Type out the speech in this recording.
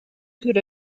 could